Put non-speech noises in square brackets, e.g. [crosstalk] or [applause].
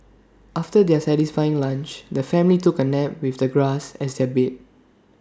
after their satisfying lunch the family took A nap with the grass as their bed [noise]